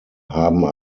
haben